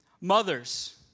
Mothers